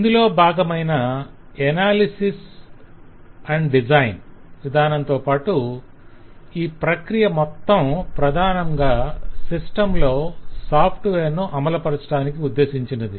ఇందులో భాగమైన అనాలిసిస్ మరియు డిజైన్ విధానంతోపాటు ఈ ప్రక్రియ మొత్తం ప్రధానంగా సిస్టమ్ లో సాఫ్ట్వేర్ ను అమలుపరచటానికి ఉద్దేశించినది